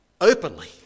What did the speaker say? openly